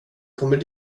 kommer